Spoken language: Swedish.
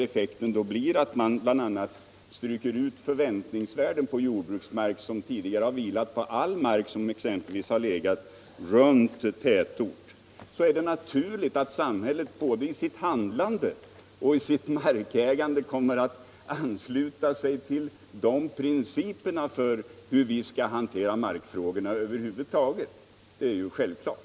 Effekten blir då att man släcker ut prishöjande förväntningsvärden på jordbruksmark, som tidigare drabbat all mark som exempelvis legat runt tätort. Det är naturligt att samhället både i sitt handlande och i sitt markägande kommer att ansluta sig till dessa principer för hur vi skall hantera markfrågorna över huvud taget. Det är självklart.